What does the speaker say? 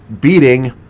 beating